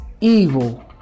evil